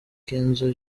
kenzo